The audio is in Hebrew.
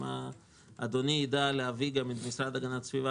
אם אדוני יידע להביא גם את המשרד להגנת הסביבה